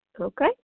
Okay